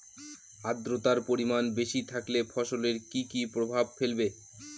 আদ্রর্তার পরিমান বেশি থাকলে ফসলে কি কি প্রভাব ফেলবে?